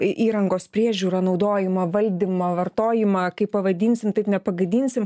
įrangos priežiūrą naudojimą valdymą vartojimą kaip pavadinsim taip nepagadinsim